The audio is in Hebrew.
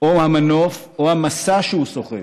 המנוף או המשא שהוא סוחב